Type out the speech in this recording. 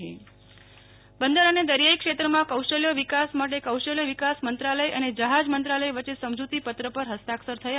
Nehal Thakkar maritime board બંદર અને દરિયાઇ ક્ષેત્રમાં કૌશલ્ય વિકાસ માટે આજે કૌશલ્ય વિકાસ મંત્રાલય અને જહાજ મંત્રાલય વચ્ચે સમજૂતી પત્ર પર હસ્તાક્ષર થયા